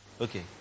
Okay